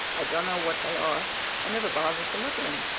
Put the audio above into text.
i dunno what they are i never bothered to look in em,